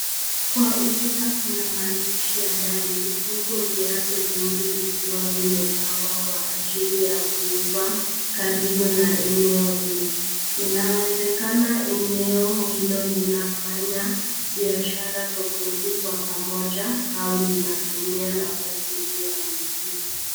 Kwa ukuta kuna maandishi ya Darling uku viatu vingi vikiwa vimepangwa kwa ajili ya kuuzwa karibu na eneo hilo. Inawezekana eneo hilo linafanya biashara tofauti kwa pamoja au linatumia nafasi iliondikiwa.